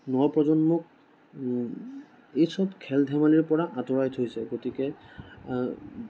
নৱ প্ৰজন্মক এইসব খেল ধেমালিৰ পৰা আঁতৰাই থৈছে গতিকে